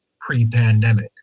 pre-pandemic